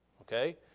Okay